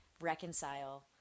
reconcile